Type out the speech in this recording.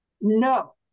No